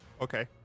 Okay